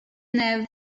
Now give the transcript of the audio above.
nav